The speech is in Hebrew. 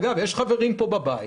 אגב, יש חברים פה בבית